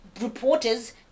reporters